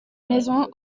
maisons